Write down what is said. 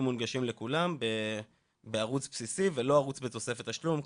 מונגשים לכולם בערוץ בסיסי ולא ערוץ בתוספת תשלום,